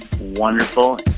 Wonderful